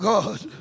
God